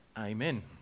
Amen